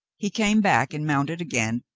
he came back and mounted again,